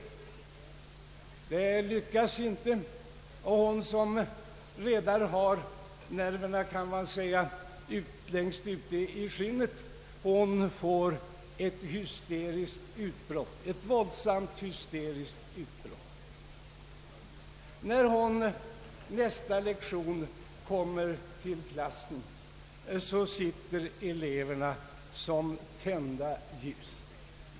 Det lyckas inte, och hon som redan har nerverna, kan man säga längst ute i skinnet, får ett våldsamt hysteriskt utbrott. När hon nästa lektion kommer till skolan sitter eleverna som tända ljus.